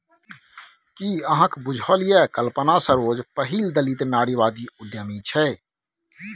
कि अहाँक बुझल यै कल्पना सरोज पहिल दलित नारीवादी उद्यमी छै?